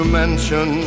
mention